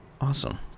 Awesome